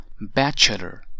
bachelor